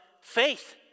faith